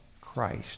Christ